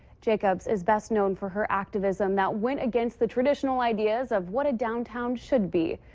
jacobs is best known for her activism that went against the traditional ideas of what a downtown should be.